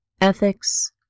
ethics